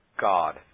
God